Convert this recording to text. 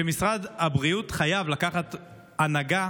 שמשרד הבריאות חייב לקחת הנהגה